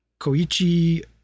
Koichi